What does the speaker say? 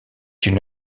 une